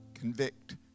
convict